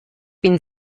bin